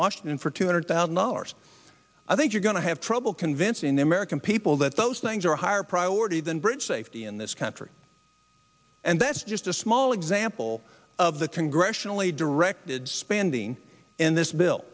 washington for two hundred thousand dollars i think you're going to have trouble convincing the american people that those things are a higher priority than bridge safety in this country and that's just a small example of the congressionally directed spending in this bill